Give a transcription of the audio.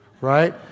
right